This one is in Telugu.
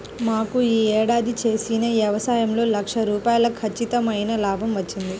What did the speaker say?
మాకు యీ ఏడాది చేసిన యవసాయంలో లక్ష రూపాయలు ఖచ్చితమైన లాభం వచ్చింది